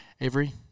Avery